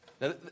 Now